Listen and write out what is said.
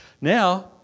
Now